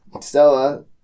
Stella